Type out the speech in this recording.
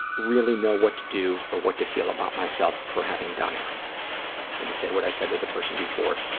really know what to do or what to feel about myself for having done it. i'm going to say what i said to the person before.